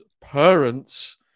parents